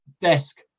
desk